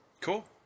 Cool